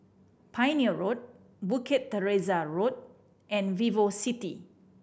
Pioneer Road Bukit Teresa Road and VivoCity